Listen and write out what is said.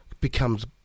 becomes